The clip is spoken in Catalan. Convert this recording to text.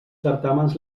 certàmens